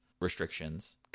restrictions